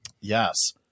Yes